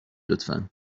لطفا